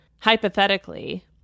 hypothetically